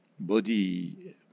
Body